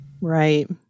Right